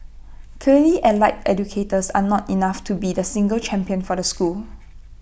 clearly allied educators are not enough to be the single champion for the school